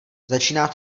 začíná